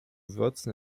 würzen